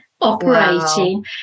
operating